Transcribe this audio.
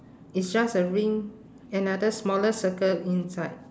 it's just a ring another smaller circle inside